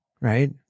right